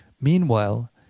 meanwhile